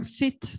fit